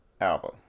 album